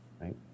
right